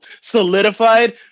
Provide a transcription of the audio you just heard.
solidified